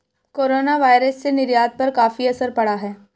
coronavirus से निर्यात पर काफी असर पड़ा